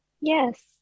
Yes